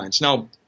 Now